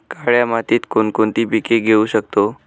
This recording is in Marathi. काळ्या मातीत कोणकोणती पिके घेऊ शकतो?